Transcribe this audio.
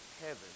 heaven